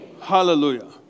hallelujah